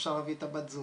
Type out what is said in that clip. אפשר להביא את הבת זוג,